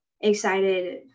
excited